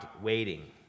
waiting